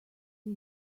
see